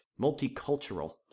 multicultural